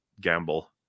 gamble